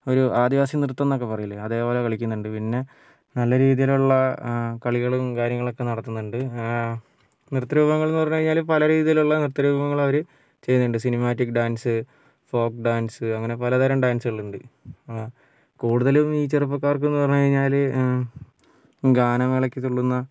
ഒരു ആദിവാസി നൃത്തം എന്നൊക്കെ പറയില്ലേ അതേപോലെ കളിക്കുന്നുണ്ട് പിന്നെ നല്ല രീതിയിലുള്ള കളികളും കാര്യങ്ങളുമൊക്കെ നടത്തുന്നുണ്ട് നൃത്ത രൂപങ്ങൾ എന്നു പറഞ്ഞു കഴിഞ്ഞാൽ പല രീതിയിലുള്ള നൃത്തരൂപങ്ങൾ അവർ ചെയ്യുന്നുണ്ട് സിനിമാറ്റിക്ക് ഡാൻസ് ഫോക്ക് ഡാൻസ് അങ്ങനെ പലതരം ഡാൻസുകളുണ്ട് കൂടുതലും ഈ ചെറുപ്പകാർക്ക് എന്ന് പറഞ്ഞു കഴിഞ്ഞാൽ ഗാനമേളയ്ക്ക് തുള്ളുന്ന